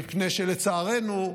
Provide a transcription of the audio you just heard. מפני שלצערנו,